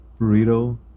Burrito